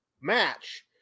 match